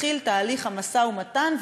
מתחיל תהליך המשא-ומתן,